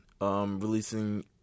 releasing